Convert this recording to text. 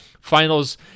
finals